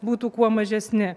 būtų kuo mažesni